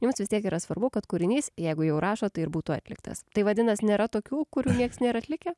jums vis tiek yra svarbu kad kūrinys jeigu jau rašot tai ir būtų atliktas tai vadinas nėra tokių kurių nieks nėr atlikę